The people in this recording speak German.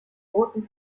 boten